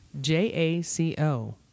J-A-C-O